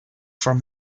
from